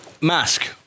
Mask